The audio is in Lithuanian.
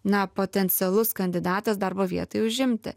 na potencialus kandidatas darbo vietai užimti